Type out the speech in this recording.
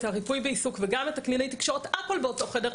הריפוי בעיסוק וגם את קלינאי התקשורת הכול באותו חדר,